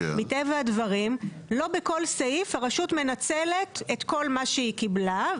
מטבע הדברים לא בכל סעיף הרשות מנצלת את כל מה שהיא קיבלה,